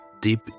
deep